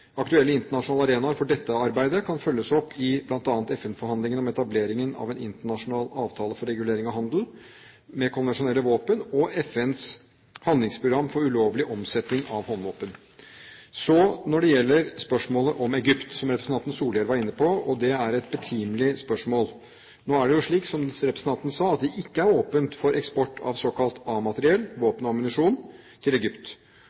Aktuelle internasjonale arenaer for dette arbeidet kan følges opp i bl.a. FN-forhandlingene om etableringen av en internasjonal avtale for regulering av handel med konvensjonelle våpen, og FNs handlingsprogram for ulovlig omsetting av håndvåpen. Når det gjelder spørsmålet om Egypt, som representanten Solhjell var inne på, er det et betimelig spørsmål. Nå er det jo slik, som representanten sa, at det ikke er åpent for eksport av såkalt A-materiell, våpen og ammunisjon, til Egypt.